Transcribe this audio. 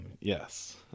Yes